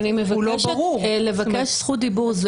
אני מבקשת לבקש זכות דיבור.